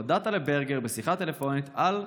הודעת לברגר בשיחת טלפונית על פיטוריו.